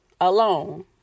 alone